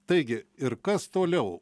taigi ir kas toliau